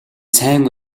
сайн